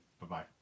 Bye-bye